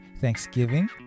Thanksgiving